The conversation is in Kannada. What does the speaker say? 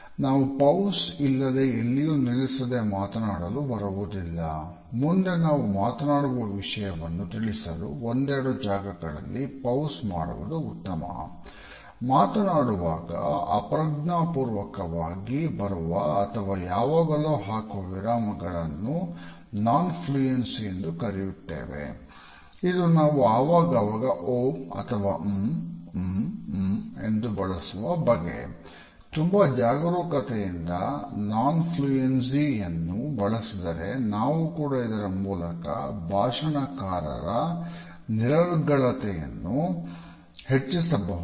ನಾವು ಪೌಜ್ ಅನ್ನು ಬಳಸಿದರೆ ನಾವು ಕೂಡ ಇದರ ಮೂಲಕ ಭಾಷಣಕಾರರ ನಿರರ್ಗಳತೆಯನ್ನು ಹೆಚ್ಚಿಸಬಹುದು